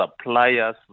suppliers